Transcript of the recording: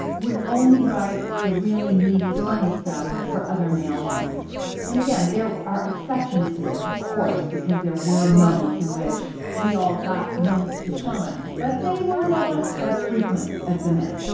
would only write the really meaty, funny stuff for other male actors. and, again, there are exceptions to this, of course, because there were moments in which we all got moments to shine. but they were not as frequent as the men.